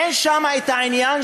אין שם העניין,